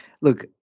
look